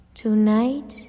tonight